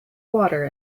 water